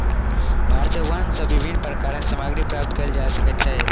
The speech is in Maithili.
भारत में वन सॅ विभिन्न प्रकारक सामग्री प्राप्त कयल जा सकै छै